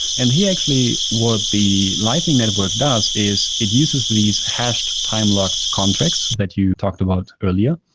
and he actually what the lightning network does is it uses these hashed time locked contracts that you talked about earlier,